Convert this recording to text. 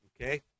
okay